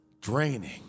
draining